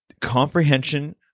Comprehension